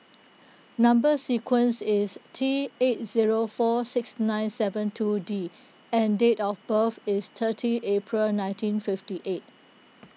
Number Sequence is T eight zero four six nine seven two D and date of birth is thirty April nineteen fifty eight